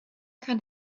kann